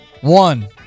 one